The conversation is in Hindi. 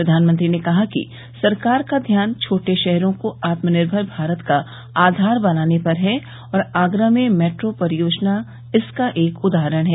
प्रधानमंत्री ने कहा कि सरकार का ध्यान छोटे शहरों को आत्मनिर्भर भारत का आधार बनाने पर है और आगरा में मेट्रो परियोजना इसका एक उदाहरण है